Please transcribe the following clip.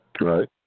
Right